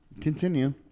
Continue